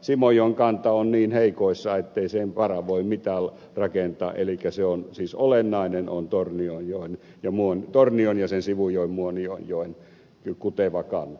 simojoen kanta on niin heikoissa ettei sen varaan voi mitään rakentaa elikkä siis olennainen on tornionjoen ja sen sivujoen muonionjoen kuteva kanta